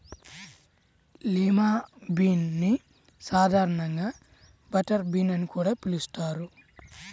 lima bean ని సాధారణంగా butter bean అని కూడా పిలుస్తారు